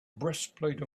breastplate